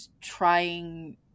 trying